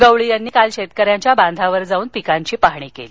गवळी यांनी काल शेतकऱ्यांच्या बांधावर जाऊन पिकांची पाहणी केली